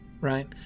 right